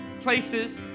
places